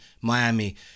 Miami